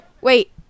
Wait